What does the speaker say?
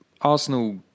Arsenal